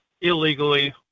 illegally